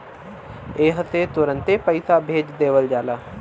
एह से तुरन्ते पइसा भेज देवल जाला